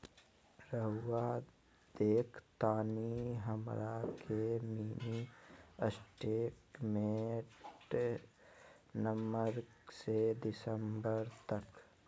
रहुआ देखतानी हमरा के मिनी स्टेटमेंट नवंबर से दिसंबर तक?